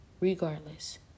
Regardless